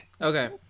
Okay